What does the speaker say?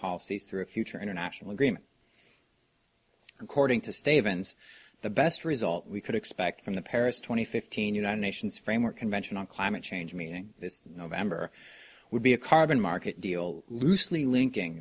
policies through a future international agreement according to stave ns the best result we could expect from the paris twenty fifteen united nations framework convention on climate change meeting this november would be a carbon market deal loosely linking